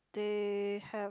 they have